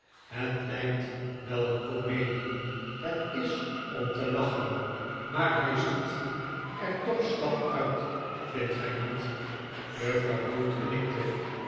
het lijkt wel een comedie het is om te lachen maar hij ziet er toch slap uit vindt gij niet juffrouw mould knikte